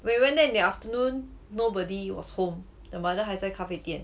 we went there in the afternoon nobody was home the mother 还在咖啡店